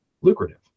lucrative